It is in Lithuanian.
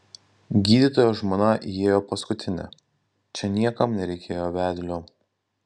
gydytojo žmona įėjo paskutinė čia niekam nereikėjo vedlio